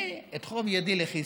אני אדחוף את ידי לכיסי